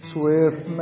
Swift